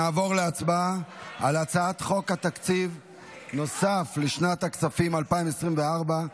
נעבור להצבעה על הצעת חוק תקציב נוסף לשנת הכספים 2024,